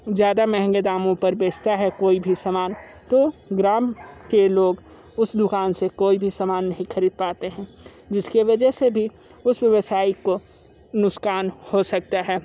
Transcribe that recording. ज़्यादा महंगे दामों पर बेचता है कोई भी सामान तो ग्राम के लोग उस दुकान से कोई भी सामान नहीं खरीद पाते हैं जिसके वजह से भी उस व्यवसाय को नुकसान हो सकता है